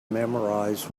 memorize